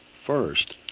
first,